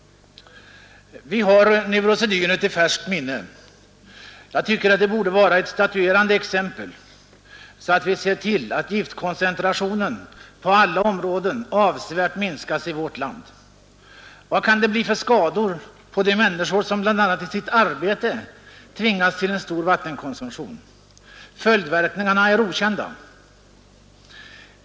Vi har neurosedynet i färskt minne. Jag tycker att det borde vara ett statuerande exempel, så att vi ser till att giftkoncentrationen på alla områden avsevärt minskas i vårt land. Vad kan det bli för skador på de människor som bl.a. i sitt arbete tvingas till en stor vattenkonsumtion? Följdverkningarna är okända.